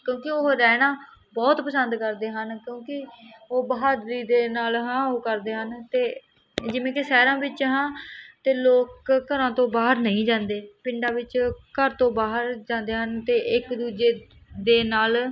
ਕਿਉਂਕਿ ਉਹ ਰਹਿਣਾ ਬਹੁਤ ਪਸੰਦ ਕਰਦੇ ਹਨ ਕਿਉਂਕਿ ਉਹ ਬਹਾਦਰੀ ਦੇ ਨਾਲ ਹਾਂ ਉਹ ਕਰਦੇ ਹਨ ਅਤੇ ਜਿਵੇਂ ਕਿ ਸ਼ਹਿਰਾਂ ਵਿੱਚ ਹਾਂ ਅਤੇ ਲੋਕ ਘਰਾਂ ਤੋਂ ਬਾਹਰ ਨਹੀਂ ਜਾਂਦੇ ਪਿੰਡਾਂ ਵਿੱਚ ਘਰ ਤੋਂ ਬਾਹਰ ਜਾਂਦੇ ਹਨ ਅਤੇ ਇੱਕ ਦੂਜੇ ਦੇ ਨਾਲ